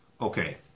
okay